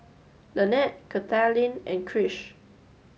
Lanette Kathaleen and Krish